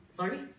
Sorry